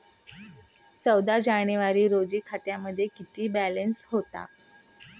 चौदा जानेवारी रोजी खात्यामध्ये किती बॅलन्स होता?